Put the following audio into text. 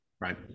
Right